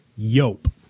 Yope